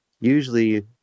usually